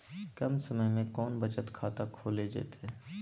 कम समय में कौन बचत खाता खोले जयते?